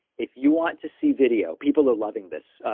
if you want to see video, people are loving this.